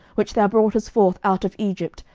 which thou broughtest forth out of egypt,